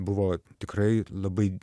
buvo tikrai labai